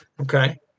Okay